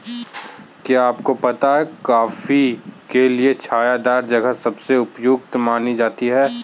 क्या आपको पता है कॉफ़ी के लिए छायादार जगह सबसे उपयुक्त मानी जाती है?